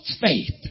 faith